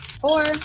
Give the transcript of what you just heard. Four